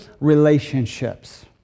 relationships